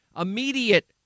immediate